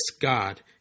God